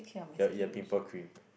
your your pimple cream